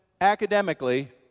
academically